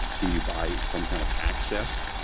do you buy some kind of access?